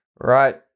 Right